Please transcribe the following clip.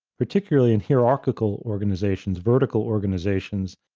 particularly in hierarchical organizations, vertical organizations,